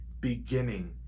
beginning